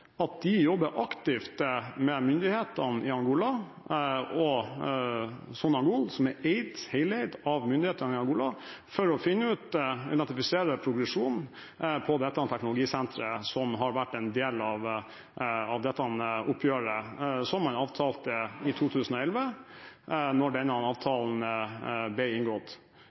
at de jobber aktivt med myndighetene i Angola og med Sonangol, som er heleid av myndighetene i Angola, for å identifisere progresjonen på dette teknologisenteret, som har vært en del av det oppgjøret som en avtalte i 2011 da denne avtalen ble inngått.